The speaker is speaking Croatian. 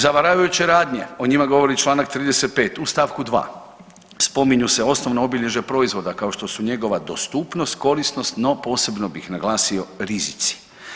Zavaravajuće radnje, o njima govori čl. 35 u st. 2 spominju se osnovno obilježje proizvoda, kao što su njegova dostupnost, korisnost, no posebno bih naglasio, rizici.